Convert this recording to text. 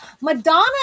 Madonna